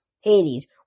Hades